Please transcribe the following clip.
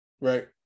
right